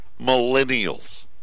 millennials